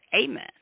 amen